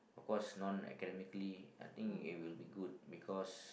cause non academically I think it will be good because